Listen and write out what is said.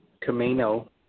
Camino